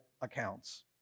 accounts